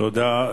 תודה.